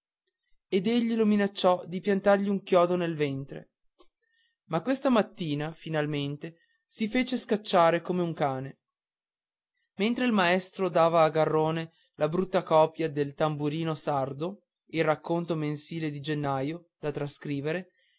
ed egli lo minacciò di piantargli un chiodo nel ventre ma questa mattina finalmente si fece scacciare come un cane mentre il maestro dava a garrone la brutta copia del tamburino sardo il racconto mensile di gennaio da trascrivere